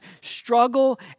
struggle